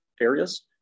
areas